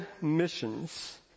missions